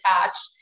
attached